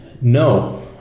No